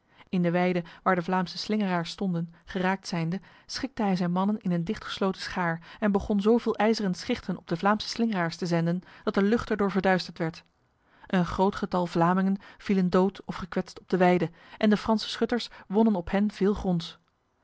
in de weide waar de vlaamse slingeraars stonden geraakt zijnde schikte hij zijn mannen in een dichtgesloten schaar en begon zoveel ijzeren schichten op de vlaamse slingeraars te zenden dat de lucht erdoor verduisterd werd een groot getal vlamingen vielen dood of gekwetst op de weide en de franse schutters wonnen op hen veel gronds